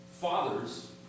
fathers